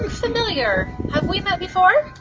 familiar! have we met before?